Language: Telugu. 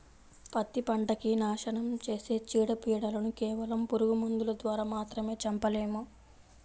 పత్తి పంటకి నాశనం చేసే చీడ, పీడలను కేవలం పురుగు మందుల ద్వారా మాత్రమే చంపలేము